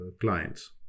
clients